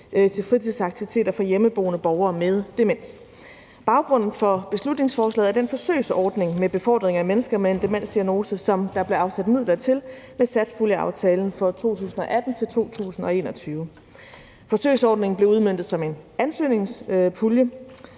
til fritidsaktiviteter for borgere med demens. Baggrunden for beslutningsforslaget er den forsøgsordning med befordring af mennesker med en demensdiagnose, der blev afsat midler til med satspuljeaftalen for 2018-2021. Forsøgsordningen blev udmøntet som en ansøgningspulje,